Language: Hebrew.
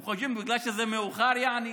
הם חושבים שזה בגלל שזה מאוחר, יעני?